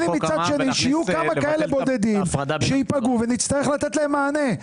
מצד שני שיהיו כמה כאלה בודדים שייפגעו ונצטרך לתת להם מענה.